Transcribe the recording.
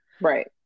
Right